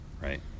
right